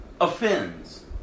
offends